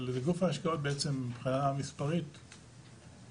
אבל זה גוף ההשקעות הגדול ביותר מספרית במשק,